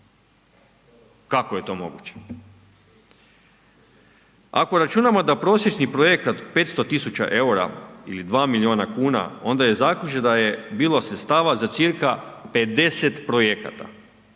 Kako je to moguće? Ako računamo da prosječni projekat 500.000 eura ili 2 milijuna kuna onda je zaključak da je bilo sredstava za cca 50 projekata,